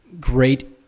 great